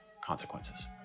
consequences